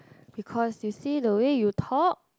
because you see the way you talk